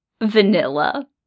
vanilla